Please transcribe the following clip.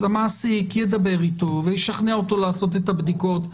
המעסיק ידבר אתו וישכנע אותו לעשות את הבדיקות.